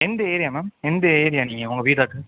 எந்த area ma'am எந்த area உங்க வீடு அட்ரஸ்